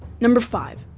number five.